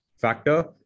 factor